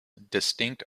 distinct